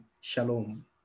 Shalom